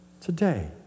Today